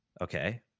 okay